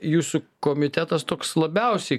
jūsų komitetas toks labiausiai